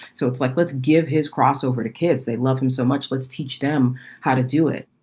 so it's like, let's give his crossover to kids. they love him so much. let's teach them how to do it.